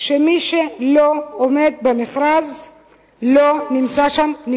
שמי שלא עומד במכרז לא נמצא שם.